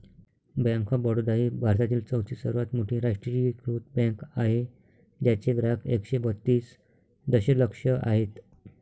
bank of Baroda ही भारतातील चौथी सर्वात मोठी राष्ट्रीयीकृत बँक आहे ज्याचे ग्राहक एकशे बत्तीस दशलक्ष आहेत